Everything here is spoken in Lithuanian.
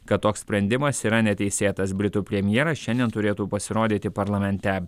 kad toks sprendimas yra neteisėtas britų premjeras šiandien turėtų pasirodyti parlamente